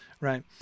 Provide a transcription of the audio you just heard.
right